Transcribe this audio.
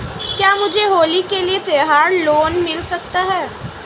क्या मुझे होली के लिए त्यौहार लोंन मिल सकता है?